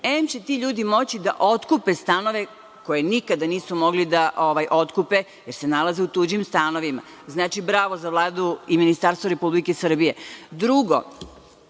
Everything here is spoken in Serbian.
em će ti ljudi moći da otkupe stanove koje nikada nisu mogli da otkupe, jer se nalaze u tuđim stanovima. Znači, bravo za Vladu i ministarstvo Republike Srbije. Drugo,